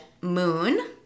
moon